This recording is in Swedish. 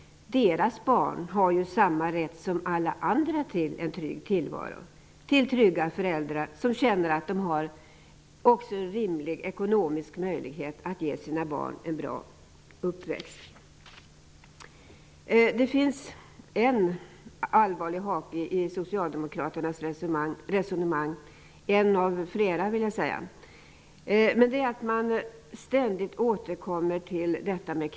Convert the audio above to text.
Deras barn har samma rätt som alla andra till en trygg tillvaro, till trygga föräldrar som känner att de också har rimlig ekonomisk möjlighet att ge sina barn en bra uppväxt. Det finns en allvarlig hake i socialdemokraternas resonemang, en av flera vill jag säga. Det är att man ständigt återkommer till kvinnofällan.